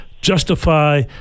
Justify